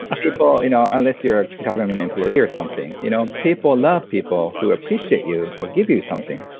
ah people, you know unless you're a government employee or something, you know people love people who appreciate you or give you something.